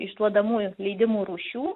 išduodamų leidimų rūšių